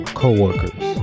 co-workers